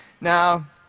Now